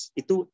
itu